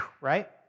right